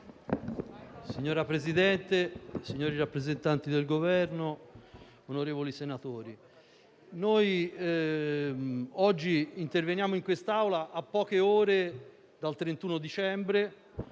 Signor Presidente, signori rappresentanti del Governo, onorevoli senatori, oggi interveniamo in quest'Aula a pochi giorni dal 31 dicembre